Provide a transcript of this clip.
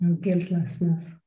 guiltlessness